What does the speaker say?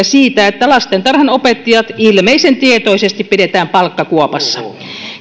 siitä että lastentarhanopettajat ilmeisen tietoisesti pidetään palkkakuopassa